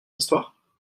histoire